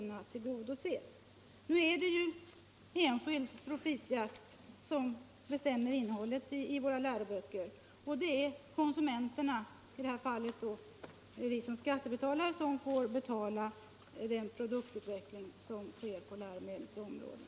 Nu är det enskild profitjakt som bestämmer innehållet i våra läroböcker och det är konsumenterna — vi skattebetalare - som får betala produktutvecklingen på läromedelsområdet.